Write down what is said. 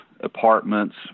apartments